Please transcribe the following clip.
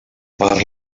per